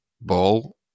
ball